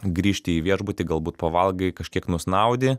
grįžti į viešbutį galbūt pavalgai kažkiek nusnaudi